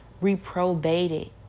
reprobated